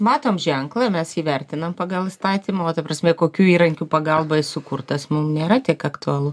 matom ženklą mes jį vertinam pagal įstatymą ta prasme kokių įrankių pagalba jis sukurtas mum nėra tiek aktualu